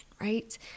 right